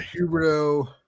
Huberto